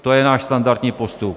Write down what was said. To je náš standardní postup.